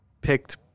picked